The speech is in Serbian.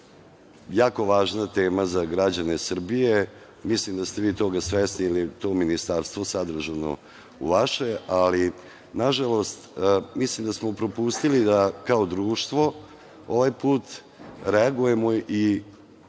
jako važna tema za građane Srbije i mislim da ste vi toga svesni, jer je to ministarstvo sadržano u vaše, ali nažalost mislim da smo propustili da kao društvo ovaj put reagujemo i